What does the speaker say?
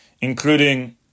including